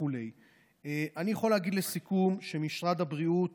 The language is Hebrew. אני יכול להגיד לסיכום שמשרד הבריאות